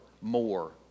more